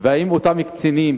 והאם אותם קצינים,